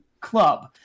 club